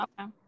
Okay